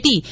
T